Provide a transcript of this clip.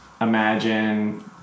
imagine